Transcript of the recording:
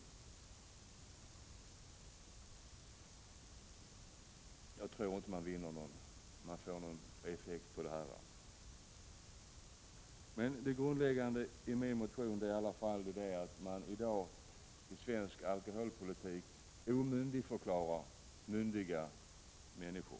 Jag tror inte att ågärder av detta slag får några positiva effekter. Det grundläggande i min motion är emellertid att man i dag i svensk alkoholpolitik omyndigförklarar myndiga människor.